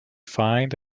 find